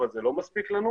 אבל זה לא מספיק לנו.